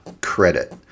credit